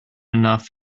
enough